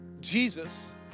Jesus